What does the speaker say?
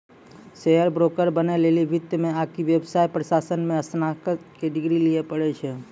share broker बनै लेली वित्त मे आकि व्यवसाय प्रशासन मे स्नातक के डिग्री लिये पड़ै छै